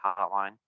hotline